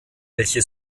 welche